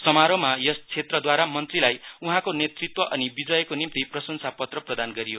समारोहमा यस क्षेत्रद्वारा मन्त्रीलाई उहाँको नेतृत्व अनि विजयको निम्ति प्रशंसापत्र प्रदान गरियो